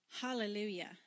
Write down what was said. Hallelujah